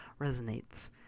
resonates